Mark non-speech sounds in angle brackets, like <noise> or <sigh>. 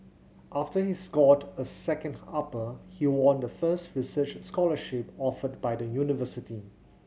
after he scored a second <unintelligible> upper he won the first research scholarship offered by the university